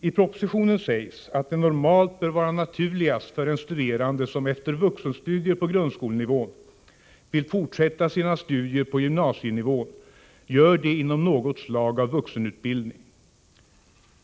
I propositionen sägs att det normalt bör vara naturligast att en studerande som efter vuxenstudier på grundskolenivån vill fortsätta sina studier på gymnasienivån gör det inom något slag av vuxenutbildning.